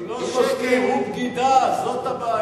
הוא לא שקר, הוא בגידה, זאת הבעיה.